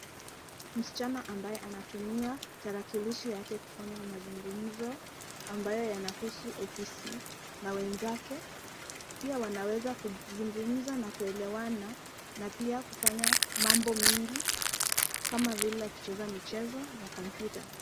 Msichana ambaye anatumia tarakilishi yake kufanya mazungumzo ambayo yanahusu ofisi ,na wenzake pia wanaweza kuzungumza na kuelewana na pia kufanya mambo mengi kama vile kucheza michezo ya kompyuta.